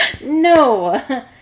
No